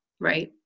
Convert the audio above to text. right